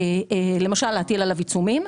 למשל, להטיל עליו עיצומים.